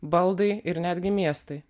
baldai ir netgi miestai